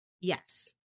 Yes